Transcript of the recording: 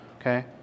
okay